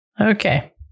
Okay